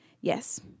Yes